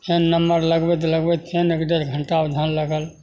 फेन नंबर लगबैत लगबैत फेन एक डेढ़ घण्टा उधर लगल